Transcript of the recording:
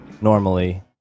normally